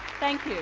thank you.